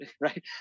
right